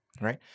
Right